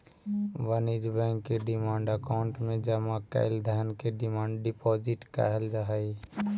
वाणिज्य बैंक के demand account में जमा कैल धन के डिमांड डिपॉजिट कहल जा हई